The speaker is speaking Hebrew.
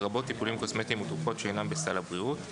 לרבות טיפולים קוסמטיים ותרופות שאינן בסל הבריאות.